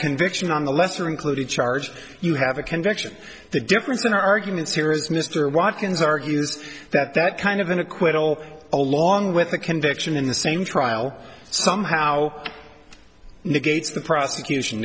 conviction on the lesser included charge you have a conviction the difference in arguments here is mr watkins argues that that kind of an acquittal along with the conviction in the same trial somehow negates the prosecution